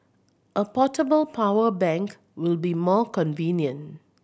a portable power bank will be more convenient